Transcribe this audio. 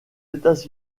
états